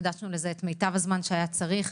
הקדשנו לזה את מיטב הזמן שהיה צריך,